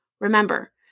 Remember